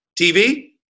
TV